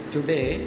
Today